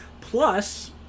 Plus